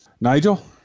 Nigel